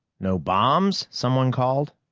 no bombs? someone called.